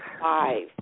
five